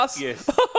Yes